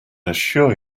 assure